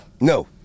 No